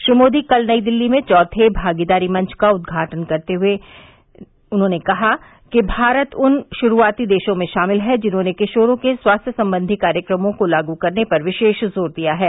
श्री मोदी ने कल नई दिल्ली में चौथे भागीदारी मंच का उद्घाटन करते हए कहा कि भारत उन शुरूआती देशों में शामिल है जिन्होंने किशोरों के स्वास्थ्य संबंधी कार्यक्रमों को लागू करने पर विशेष जोर दिया है